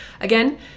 again